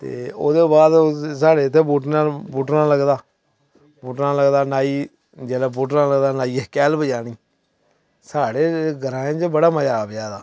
ते ओह्दे बाद साढ़े इत्थें बुटना बुटना लगदा बुटना लगदा नाई जेल्लै बूटना लगदा नाइयै कैह्ल बजानी साढ़े ग्राऐं च बड़ा मजा ब्याह् दा